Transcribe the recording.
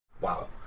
Wow